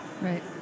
Right